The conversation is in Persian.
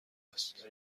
است